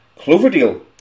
cloverdale